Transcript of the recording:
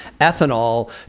ethanol